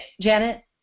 Janet